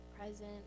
present